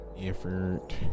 Effort